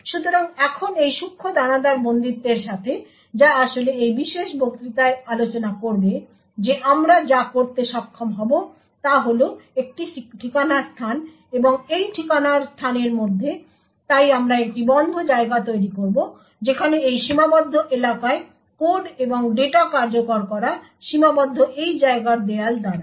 সুতরাং এখন এই সূক্ষ্ম দানাদার বন্দিত্বের সাথে যা আসলে এই বিশেষ বক্তৃতায় আলোচনা করবে যে আমরা যা করতে সক্ষম হব তা হল একটি ঠিকানা স্থান এবং এই ঠিকানার স্থানের মধ্যে তাই আমরা একটি বন্ধ জায়গা তৈরি করব যেখানে এই সীমাবদ্ধ এলাকায় কোড এবং ডেটা কার্যকর করা সীমাবদ্ধ এই জায়গার দেয়াল দ্বারা